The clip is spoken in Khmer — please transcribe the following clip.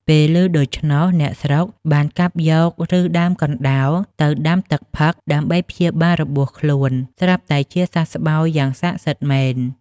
ពេលឮដូច្នោះ អ្នកខ្លះបានកាប់យកឫសដើមកណ្ដោលទៅដាំទឹកផឹកដើម្បីព្យាបាលរបួសខ្លួន ស្រាប់តែជាសះស្បើយយ៉ាងសក្ដិសិទ្ធិមែន។